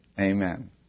Amen